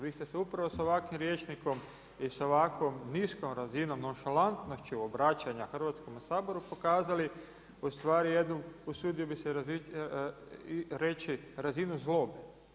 Vi ste se upravo s ovakvim rječnikom i sa ovakvom niskom razinom nonšalantnošću obraćanja Hrvatskom saboru pokazali ustvari jednu, usudio bih se reći razinu zlobe.